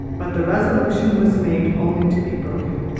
but the resolution was made only to be broken.